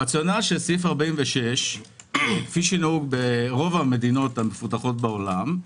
הרציונל של סעיף 46 כפי שנהוג ברוב המדינות המפותחות בעולם,